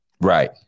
Right